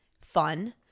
fun